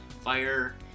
fire